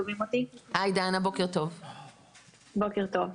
בוקר טוב.